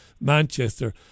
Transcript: Manchester